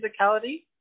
physicality